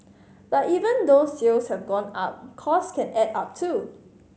but even though sales have gone up cost can add up too